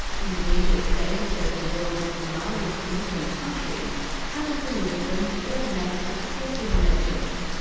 indonesia's status as the world's largest muslim country hasn't delivered them automatic success in elections.